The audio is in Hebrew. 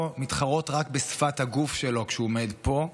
מתחרות רק בשפת הגוף שלו כשהוא עומד פה,